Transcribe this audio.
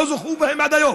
לא זכו בהן עד היום.